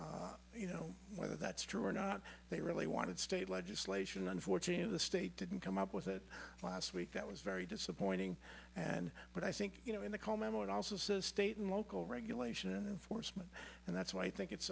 you know whether that's true or not they really wanted state legislation unfortunately the state didn't come up with it last week that was very disappointing and but i think you know in the state and local regulation of course and that's why i think it's